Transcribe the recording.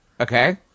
Okay